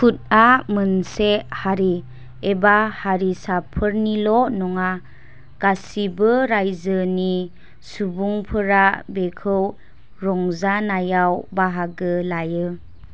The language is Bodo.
कुटआ मोनसे हारि एबा हारिसाफोरनिल' नङा गासिबो रायजोनि सुबुंफोरा बेखौ रंजानायाव बाहागो लायो